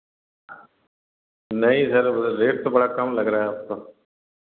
नहीं sir rate तो बड़ा कम लग रहा है उसका